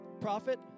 prophet